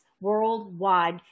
worldwide